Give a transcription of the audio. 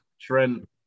Trent